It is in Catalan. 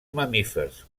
mamífers